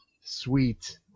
Sweet